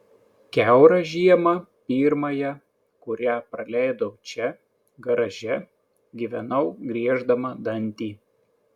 kiaurą žiemą pirmąją kurią praleidau čia garaže gyvenau grieždama dantį